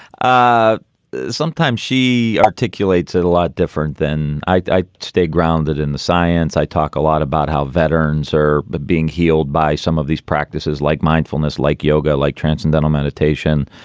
ah sometimes she articulated a lot different than i stay grounded in the science. i talk a lot about how veterans are being healed by some of these practices, like mindfulness, like yoga, like transcendental meditation,